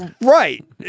Right